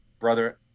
brother